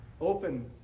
open